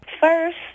first